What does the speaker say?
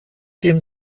den